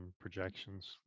projections